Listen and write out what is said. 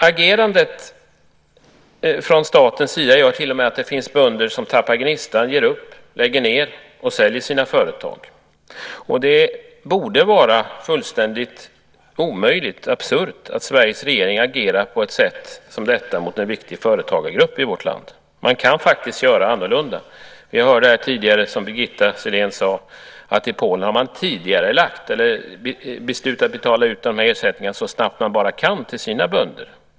Agerandet från statens sida gör att det till och med finns bönder som tappar gnistan och som ger upp, lägger ned och säljer sina företag. Det borde vara fullständigt omöjligt, absurt, att Sveriges regering agerar på ett sätt som detta gentemot en viktig företagargrupp i vårt land. Man kan faktiskt göra annorlunda. Vi har här tidigare hört - Birgitta Sellén sade det - att man i Polen har beslutat att betala ut de här ersättningarna så snabbt man bara kan till sina bönder.